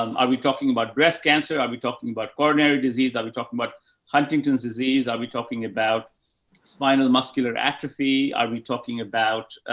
um are we talking about breast cancer? are we talking about coronary disease? are we talking about huntington's disease? are we talking about spinal muscular atrophy? are we talking about,